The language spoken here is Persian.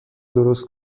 درست